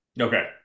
Okay